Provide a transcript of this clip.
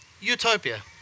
Utopia